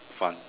fun